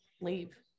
leave